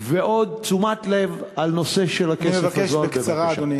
ועוד תשומת לב על הנושא של הכסף הזול בבקשה.